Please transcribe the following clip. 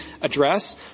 address